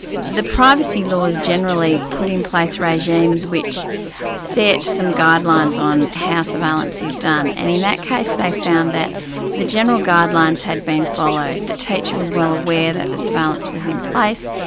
the privacy laws generally put in place regimes which set some guidelines on how surveillance is done, and in that case they found that the general guidelines had been followed. the teacher was well aware that the surveillance was in place,